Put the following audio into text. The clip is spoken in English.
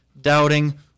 doubting